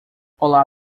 olá